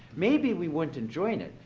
maybe we wouldn't enjoin it,